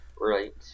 Right